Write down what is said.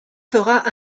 fera